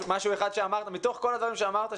מתוך כל הדברים שאמרת,